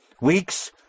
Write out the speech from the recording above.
Weeks